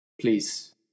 Please